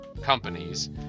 companies